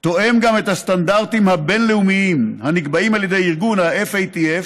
תואם גם את הסטנדרטים הבין-לאומיים הנקבעים על ידי ארגון ה-FATF,